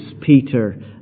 Peter